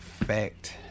effect